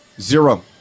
Zero